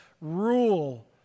rule